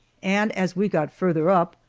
and as we got farther up,